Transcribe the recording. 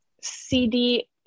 CD